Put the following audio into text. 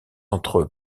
entre